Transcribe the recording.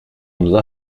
nos